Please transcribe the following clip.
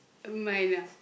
mine ah